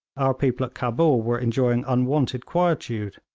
our people at cabul were enjoying unwonted quietude.